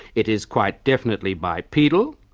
it is quite definitely bipedal,